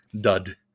dud